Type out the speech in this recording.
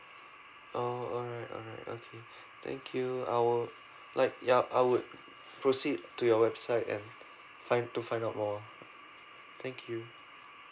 oh alright alright okay thank you I will like ya I would proceed to your website and find to find out more thank you